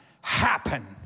happen